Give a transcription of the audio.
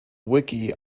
wiki